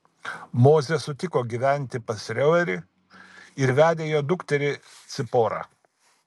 mozė sutiko gyventi pas reuelį ir vedė jo dukterį ciporą